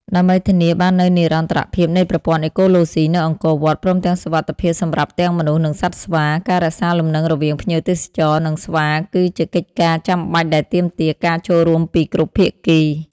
ដើម្បីធានាបាននូវនិរន្តរភាពនៃប្រព័ន្ធអេកូឡូស៊ីនៅអង្គរវត្ត ព្រមទាំងសុវត្ថិភាពសម្រាប់ទាំងមនុស្ស និងសត្វស្វា ការរក្សាលំនឹងរវាងភ្ញៀវទេសចរ និងស្វាគឺជាកិច្ចការចាំបាច់ដែលទាមទារការចូលរួមពីគ្រប់ភាគី។